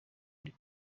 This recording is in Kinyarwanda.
iri